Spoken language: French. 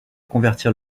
convertir